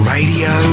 Radio